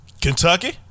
Kentucky